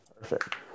perfect